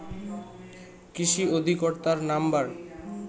কৃষি অধিকর্তার নাম্বার?